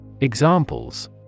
Examples